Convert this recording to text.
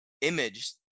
image